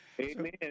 Amen